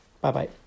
Bye-bye